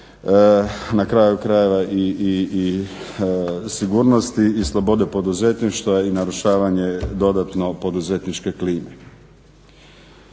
na kraju krajeva i sigurnosti i slobode poduzetništva i narušavanje dodatno poduzetničke klime.